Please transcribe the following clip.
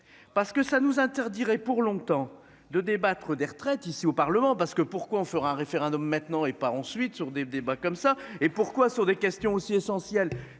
Parce que ça nous interdirait pour longtemps de débattre des retraites ici au Parlement parce que pourquoi on fera un référendum maintenant et pas ensuite sur des débats comme ça et pourquoi sur des questions aussi essentielles